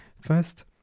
First